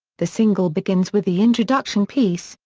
the single begins with the introduction piece,